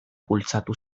bultzatu